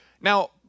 Now